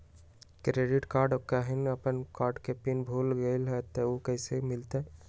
Credit card केहन अपन card के पिन भुला गेलि ह त उ कईसे मिलत?